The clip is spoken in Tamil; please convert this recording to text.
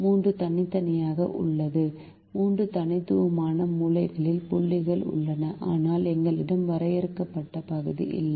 3 தனித்தனியாக உள்ளன 3 தனித்துவமான மூலையில் புள்ளிகள் உள்ளன ஆனால் எங்களிடம் வரையறுக்கப்பட்ட பகுதி இல்லை